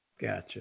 Gotcha